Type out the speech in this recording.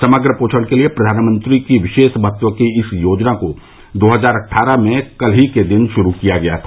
समग्र पोषण के लिए प्रधानमंत्री की विशेष महत्व की इस योजना को दो हजार अट्ठारह में कल ही के दिन शुरू किया गया था